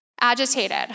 agitated